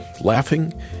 laughing